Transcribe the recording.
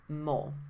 more